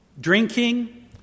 drinking